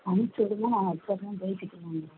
அனுப்புச்சி விடுங்க நான் வெச்சுட்றேன் பேசிக்கலாம்